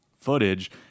footage